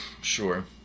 Sure